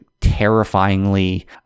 terrifyingly